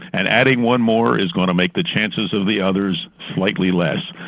and adding one more is going to make the chances of the others slightly less.